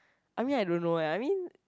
I mean I don't know eh I mean